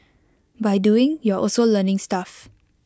by doing you're also learning stuff